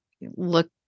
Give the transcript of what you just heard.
look